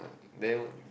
then